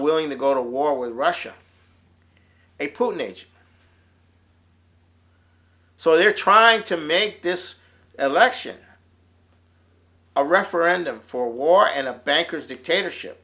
willing to go to war with russia a putin age so they're trying to make this election a referendum for war and a banker's dictatorship